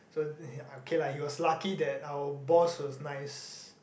so okay lah he was lucky that our boss was nice